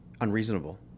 unreasonable